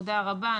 תודה רבה.